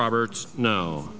roberts no